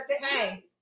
hey